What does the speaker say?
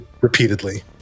repeatedly